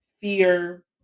fear